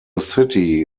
city